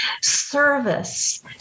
service